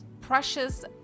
precious